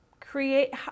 create